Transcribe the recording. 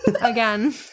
again